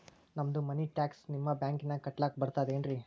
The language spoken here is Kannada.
ನಮ್ದು ಮನಿ ಟ್ಯಾಕ್ಸ ನಿಮ್ಮ ಬ್ಯಾಂಕಿನಾಗ ಕಟ್ಲಾಕ ಬರ್ತದೇನ್ರಿ?